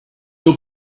your